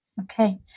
Okay